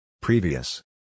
Previous